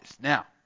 Now